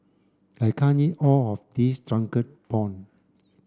I can't eat all of this drunken prawns